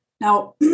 Now